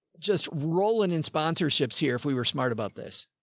just rolling in sponsorships here. if we were smart about this.